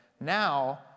now